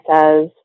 says